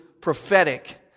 prophetic